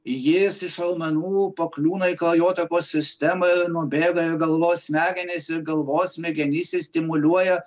jis iš raumenų pakliūna į kraujotakos sistemą nubėga į galvos smegenis ir galvos smegenyse stimuliuoja